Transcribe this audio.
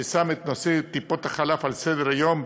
ששם את נושא טיפות החלב על סדר-היום,